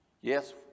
Yes